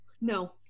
no